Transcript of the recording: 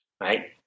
Right